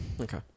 Okay